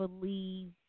believe